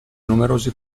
numerosi